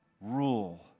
rule